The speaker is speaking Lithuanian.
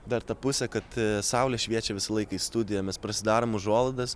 dar ta pusė kad saulė šviečia visą laiką į studiją mes pasidarom užuolaidas